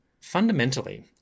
Fundamentally